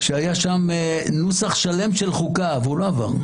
והיה שם נוסח שלם של חוקה, והוא לא עבר.